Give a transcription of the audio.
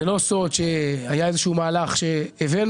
זה לא סוד שהיה איזה שהוא מהלך שהבאנו